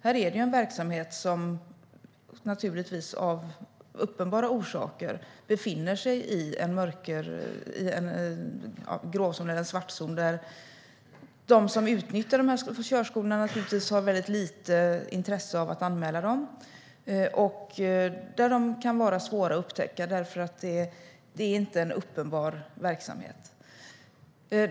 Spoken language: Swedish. Här är det en verksamhet som av uppenbara orsaker befinner sig i en gråzon eller en svartzon. De som utnyttjar de här körskolorna har naturligtvis väldigt lite intresse av att anmäla dem, och de kan vara svåra att upptäcka eftersom det inte är en uppenbar verksamhet.